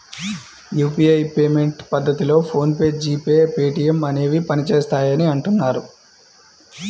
UPI payment పద్ధతిలో PhonePe, G pay, Paytm అనేవి పనిచేస్తాయని అంటున్నారు